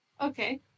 Okay